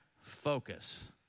focus